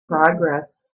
progress